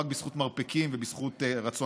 זה אדם שמתקדם לא רק בזכות מרפקים ומוטיבציה